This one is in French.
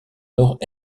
nord